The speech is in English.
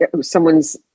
someone's